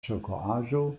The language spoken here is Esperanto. ĉirkaŭaĵo